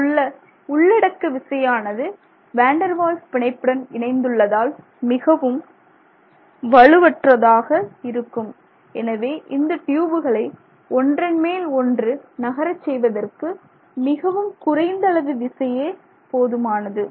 இங்குள்ள உள்ளடக்க விசையானது வாண்டர்வால்ஸ் பிணைப்புடன் இணைந்துள்ளதால் மிகவும் வலுவற்றதாக இருக்கும் எனவே இந்த ட்யூபுகளை ஒன்றன் மேல் ஒன்று நகர செய்வதற்கு மிகவும் குறைந்த அளவு விசையை போதுமானது